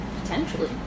Potentially